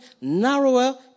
narrower